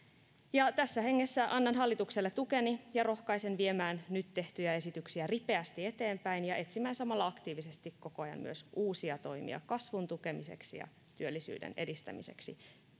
tässä hengessä annan hallitukselle tukeni ja rohkaisen viemään nyt tehtyjä esityksiä ripeästi eteenpäin ja etsimään samalla aktiivisesti koko ajan myös uusia toimia kasvun tukemiseksi ja työllisyyden edistämiseksi